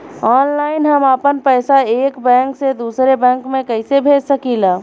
Online हम आपन पैसा एक बैंक से दूसरे बैंक में कईसे भेज सकीला?